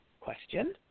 question